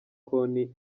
konti